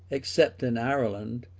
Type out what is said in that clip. except in ireland,